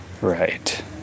Right